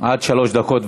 עד שלוש דקות.